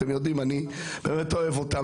אני באמת אוהב אותם,